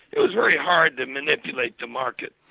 it was very hard to manipulate the market.